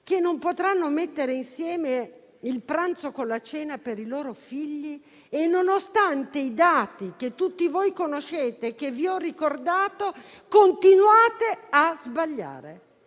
che non potranno mettere insieme il pranzo con la cena per i loro figli? Nonostante i dati che tutti voi conoscete e che vi ho ricordato, continuate a sbagliare.